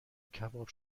کباب